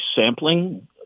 sampling